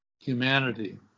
humanity